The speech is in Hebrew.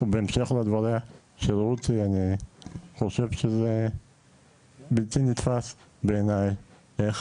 ובהמשך לדבריה של רותי אני חושב שזה בלתי נתפס בעיניי איך